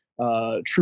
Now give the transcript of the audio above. True